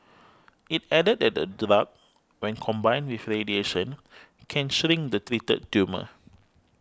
it added that the drug when combined with radiation can shrink the treated tumour